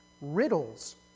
Riddles